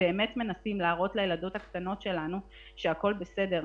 באמת מנסים להראות לילדות הקטנות שלנו שהכול בסדר,